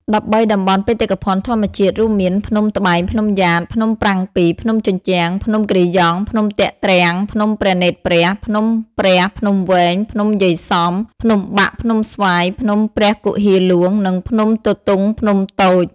១៣ តំបន់បេតិកភណ្ឌធម្មជាតិ រួមមាន ភ្នំត្បែង ភ្នំយ៉ាត ភ្នំប្រាំងពីរ ភ្នំជញ្ជាំង ភ្នំគិរីយង់ ភ្នំទាក់ទ្រាំង ភ្នំព្រះនេត្រព្រះ ភ្នំព្រះភ្នំវែង ភ្នំយាយសំ ភ្នំបាក់ ភ្នំស្វាយ ភ្នំព្រះគុហារហ្លួង និងភ្នំទទុងភ្នំតូច។